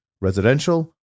residential